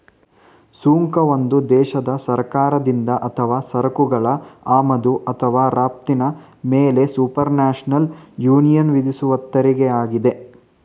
ಸುಂಕ ಒಂದು ದೇಶದ ಸರ್ಕಾರದಿಂದ ಅಥವಾ ಸರಕುಗಳ ಆಮದು ಅಥವಾ ರಫ್ತಿನ ಮೇಲೆಸುಪರ್ನ್ಯಾಷನಲ್ ಯೂನಿಯನ್ವಿಧಿಸುವತೆರಿಗೆಯಾಗಿದೆ